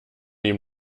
ihm